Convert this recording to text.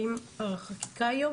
האם החקיקה טובה,